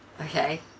Okay